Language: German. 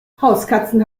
hauskatzen